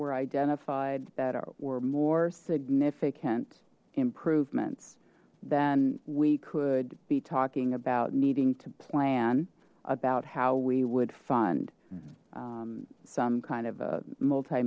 were identified that were more significant improvements than we could be talking about needing to plan about how we would fund some kind of a multi